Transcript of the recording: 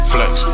Flex